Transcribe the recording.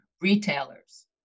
retailers